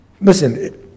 Listen